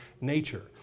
nature